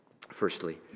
firstly